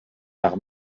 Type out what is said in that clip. par